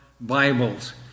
Bibles